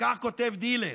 וכך כותב דילן,